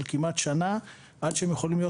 של כמעט שנה עד שהם יכולים להיות